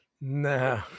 no